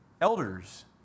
elders